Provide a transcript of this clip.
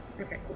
Okay